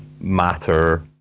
matter